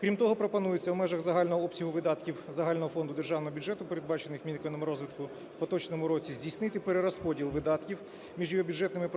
Крім того пропонується у межах загального обсягу видатків загального фонду державного бюджету, передбачених Мінекономрозвитку в поточному році, здійснити перерозподіл видатків між його бюджетними